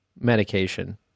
medication